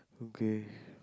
okay